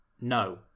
No